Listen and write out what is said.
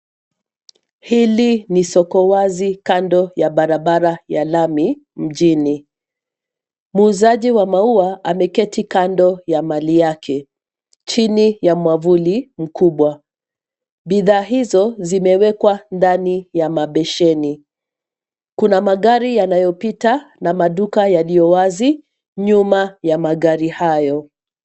Hili ni soko wazi kando ya barabara ya lami mjini. Muuzaji wa maua, ameketi kando ya mali yake chini ya mwavuli mkubwa. Bidhaa hizo zimewekwa ndani ya mabesheni .Kuna magari yanayopita, na maduka yaliyo wazi nyuma ya magari hayo.